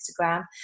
Instagram